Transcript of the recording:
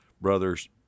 brothers